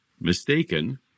mistaken